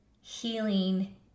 healing